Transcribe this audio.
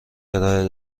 ارائه